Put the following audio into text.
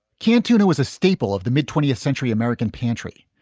cantona was a staple of the mid twentieth century american pantry,